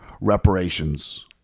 reparations